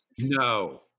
No